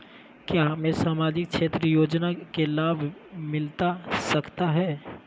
क्या हमें सामाजिक क्षेत्र योजना के लाभ मिलता सकता है?